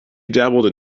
dabbled